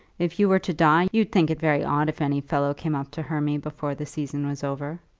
if you were to die, you'd think it very odd if any fellow came up to hermy before the season was over.